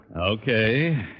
Okay